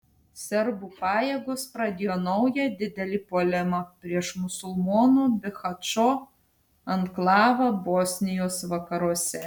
serbų pajėgos pradėjo naują didelį puolimą prieš musulmonų bihačo anklavą bosnijos vakaruose